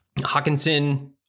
Hawkinson